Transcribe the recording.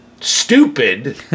stupid